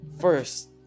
First